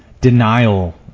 denial